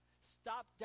Stop